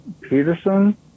Peterson